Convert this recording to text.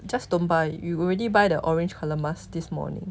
just don't buy you already buy the orange mask this morning